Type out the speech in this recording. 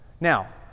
Now